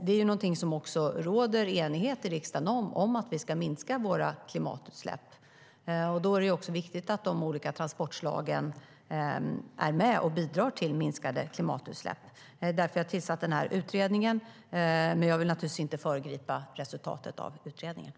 Det råder enighet i riksdagen om att vi ska minska våra klimatutsläpp. Då är det viktigt att de olika transportslagen är med och bidrar till minskade klimatutsläpp. Därför har vi tillsatt utredningen, men jag vill som sagt inte föregripa resultatet av densamma.